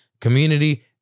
community